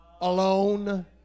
alone